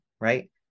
right